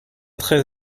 très